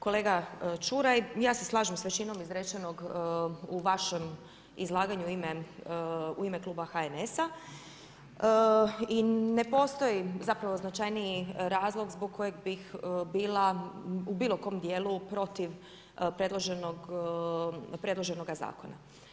Kolega Čuraj, ja se slažem sa većinom izrečenog u vašem izlaganju u ime kluba HNS-a i ne postoji zapravo značajniji razlog zbog kojeg bih bila u bilokom djelu protiv predloženog zakona.